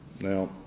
Now